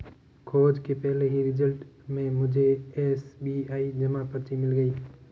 खोज के पहले ही रिजल्ट में मुझे एस.बी.आई जमा पर्ची मिल गई